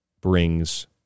brings